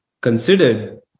considered